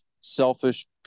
selfish